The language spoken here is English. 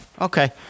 Okay